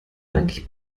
eigentlich